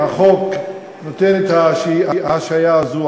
שהחוק נותן את ההשהיה הזאת,